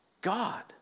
God